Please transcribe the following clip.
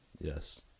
Yes